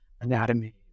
anatomy